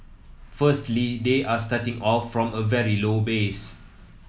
firstly they are starting off from a very low base